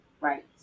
Right